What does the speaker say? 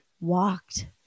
walked